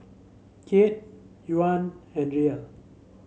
Kyat Yuan and Riel